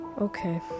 Okay